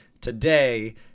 today